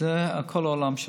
זה כל העולם שלו.